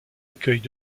accueille